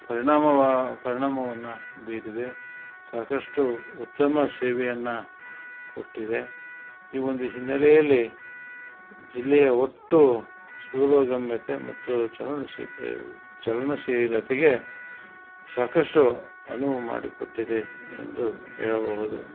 ಪರಿಣಾಮ ಪರಿಣಾಮವನ್ನು ಬೀರಿದೆ ಸಾಕಷ್ಟು ಉತ್ತಮ ಸೇವೆಯನ್ನು ಕೊಟ್ಟಿದೆ ಈ ಒಂದು ಹಿನ್ನಲೆಯಲ್ಲಿ ಜಿಲ್ಲೆಯ ಒಟ್ಟು ಪೂರ್ವಗಮ್ಯತೆ ಮತ್ತು ಚಲನಶೀಲತೆ ಚಲನಶೀಲತೆಗೆ ಸಾಕಷ್ಟು ಅನುವು ಮಾಡಿಕ್ಕೊಟ್ಟಿದೆ ಎಂದು ಹೇಳಬಹುದು